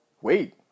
wait